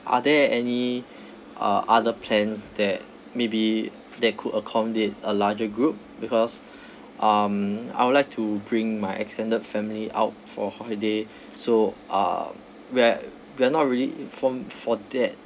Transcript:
are there any uh other plans that maybe that could accommodate a larger group because um I would like to bring my extended family out for holiday so uh we're we're not really informed for that